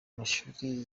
mashuri